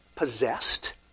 Possessed